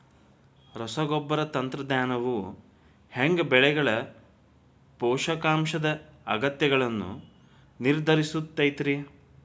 ರಸಗೊಬ್ಬರ ತಂತ್ರಜ್ಞಾನವು ಹ್ಯಾಂಗ ಬೆಳೆಗಳ ಪೋಷಕಾಂಶದ ಅಗತ್ಯಗಳನ್ನ ನಿರ್ಧರಿಸುತೈತ್ರಿ?